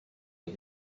did